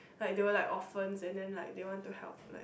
like they were like orphan and then like they want to help like